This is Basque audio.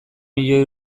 milioi